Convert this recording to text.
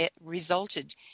resulted